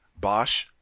Bosch